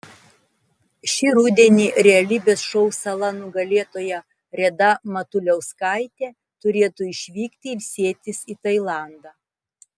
šį rudenį realybės šou sala nugalėtoja reda matuliauskaitė turėtų išvykti ilsėtis į tailandą